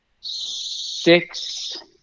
six